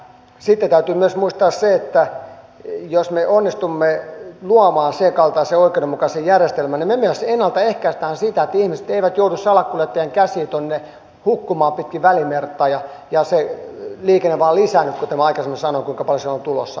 sitten täytyy myös muistaa se että jos me onnistumme luomaan senkaltaisen oikeudenmukaisen järjestelmän niin me myös ennalta ehkäisemme sitä että ihmiset joutuvat salakuljettajien käsiin tuonne hukkumaan pitkin välimerta ja se liikenne vain lisääntyy aikaisemmin sanoin kuinka paljon siellä on tulossa